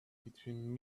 between